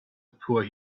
poor